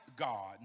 God